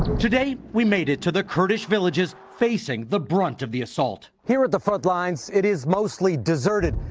today we made it to the kurdish villages facing the blunt of the assault. here at the front lines, it is mostly deserted.